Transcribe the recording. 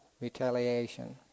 retaliation